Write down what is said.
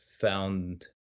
found